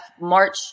March